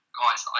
guys